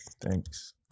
Thanks